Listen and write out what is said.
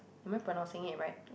am I pronouncing it right